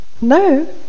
no